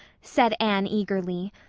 said anne eagerly.